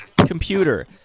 computer